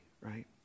right